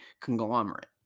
conglomerate